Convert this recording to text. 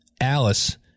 Alice